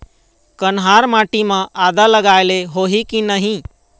कन्हार माटी म आदा लगाए ले होही की नहीं?